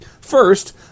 First